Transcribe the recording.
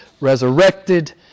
resurrected